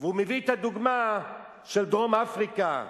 והוא מביא את הדוגמה של דרום-אפריקה.